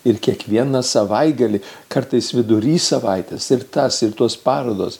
ir kiekvieną savaitgalį kartais vidury savaitės ir tas ir tos parodos